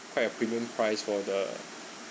quite a premium price for the